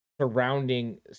surrounding